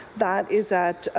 that is at,